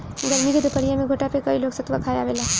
गरमी के दुपहरिया में घोठा पे कई लोग सतुआ खाए आवेला